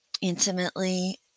intimately